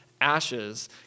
ashes